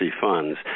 funds